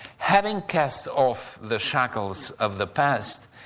having cast off the shackles of the past,